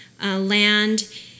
land